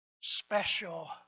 special